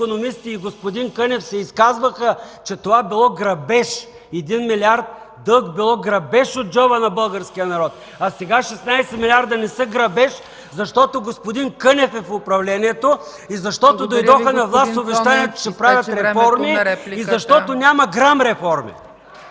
и господин Кънев се изказваха, че това било грабеж – 1 милиард дълг било грабеж от джоба на българския народ. А сега, 16 милиарда не са грабеж, защото господин Кънев е в управлението и защото дойдоха на власт с обещанието, че ще правят реформи, и защото няма грам реформи!